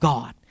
God